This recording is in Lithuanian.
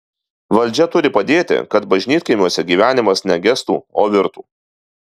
valdžia turi padėti kad bažnytkaimiuose gyvenimas ne gestų o virtų